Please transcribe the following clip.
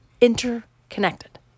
interconnected